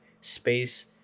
space